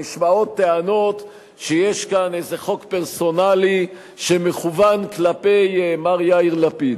נשמעות טענות שיש כאן איזה חוק פרסונלי שמכוון כלפי מר יאיר לפיד.